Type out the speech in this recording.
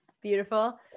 beautiful